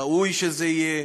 ראוי שזה יהיה.